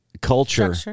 Culture